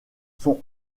sont